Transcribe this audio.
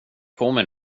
kommer